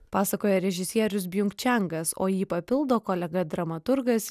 pasakoja režisierius bjunk čengas o jį papildo kolega dramaturgas